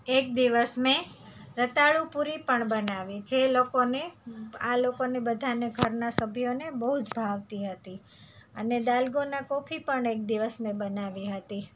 એક દિવસ મેં રતાળુપૂરી પણ બનાવી જે લોકોને આ લોકોને બધાને ઘરના સભ્યને બહુ જ ભાવતી હતી અને દાલગોના કોફી પણ એક દિવસ મેં બનાવી હતી